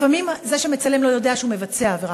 לפעמים זה שמצלם לא יודע שהוא מבצע עבירה